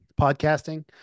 podcasting